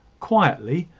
quietly,